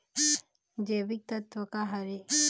जैविकतत्व का हर ए?